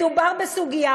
מדובר בסוגיה,